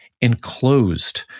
enclosed